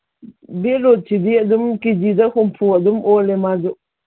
ꯕꯤꯠꯔꯨꯠꯁꯤꯗꯤ ꯑꯗꯨꯝ ꯀꯦ ꯖꯤꯗ ꯍꯨꯝꯐꯨ ꯑꯗꯨꯝ ꯑꯣꯜꯂꯦ ꯃꯥꯁꯨ